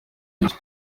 ibyo